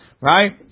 Right